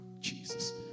Jesus